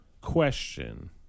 question